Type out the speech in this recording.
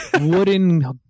wooden